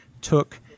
took